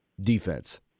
defense